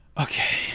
okay